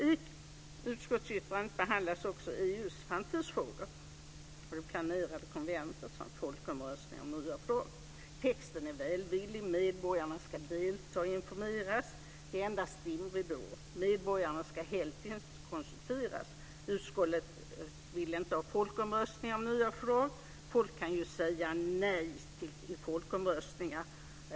I utskottsyttrandet behandlas också EU:s framtidsfrågor, det planerade konventet samt folkomröstningar om nya förslag. Texten är välvillig. Medborgarna ska delta och informeras. Det är endast dimridåer. Medborgarna ska helst inte konsulteras. Utskottet vill inte ha folkomröstningar om nya fördrag. Folket kan ju säga nej i folkomröstningar.